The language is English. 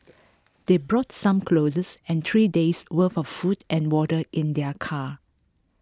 they brought some clothes and three days worth of food and water in their car